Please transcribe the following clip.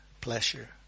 pleasure